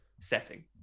setting